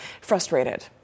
frustrated